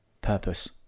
Purpose